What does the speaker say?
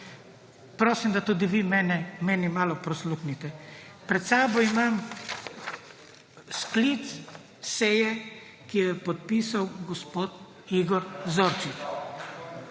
Prosim, da tudi vi mene malo prisluhnete. Pred sabo imam sklic seje, ki jo je podpisal gospod Igor Zorčič.